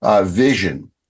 vision